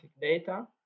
data